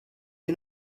you